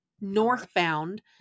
northbound